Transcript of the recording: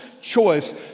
choice